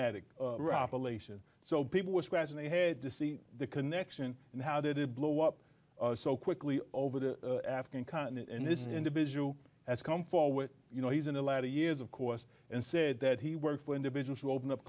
operation so people were scratching their head to see the connection and how did it blow up so quickly over the african continent and this individual has come forward you know he's in the latter years of course and said that he worked for individuals